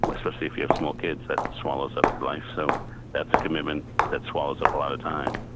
especially if you have small kids, that swallows up your life, so that's a commitment that swallows up a lot of time.